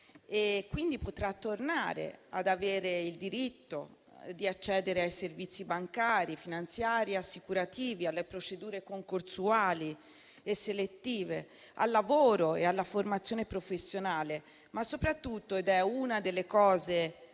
di poter tornare ad avere il diritto di accedere ai servizi bancari, finanziari, assicurativi, alle procedure concorsuali e selettive, al lavoro e alla formazione professionale. Soprattutto - ed è una delle cose che mi